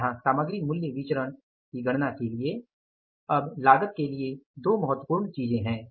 यहां सामग्री मूल्य विचरण की गणना के लिए अब लागत के लिए दो महत्वपूर्ण चीजें हैं